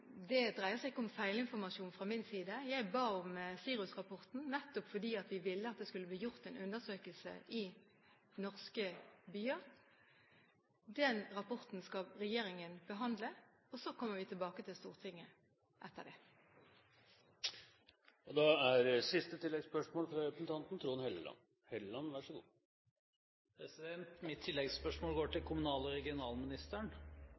Det dreier seg ikke om feilinformasjon fra min side, jeg ba om SIRUS-rapporten nettopp fordi vi ville at det skulle bli gjort en undersøkelse i norske byer. Den rapporten skal regjeringen behandle, og så kommer vi tilbake til Stortinget etter det. Trond Helleland – til oppfølgingsspørsmål. Mitt tilleggsspørsmål